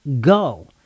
go